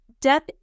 death